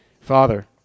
Father